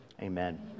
Amen